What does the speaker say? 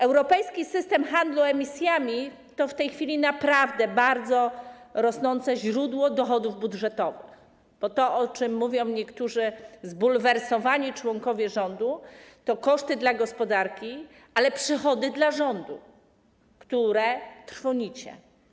Europejski system handlu emisjami to w tej chwili naprawdę rosnące źródło dochodów budżetowych, bo to, o czym mówią niektórzy zbulwersowani członkowie rządu, to koszty dla gospodarki, ale przychody dla rządu, które trwonicie.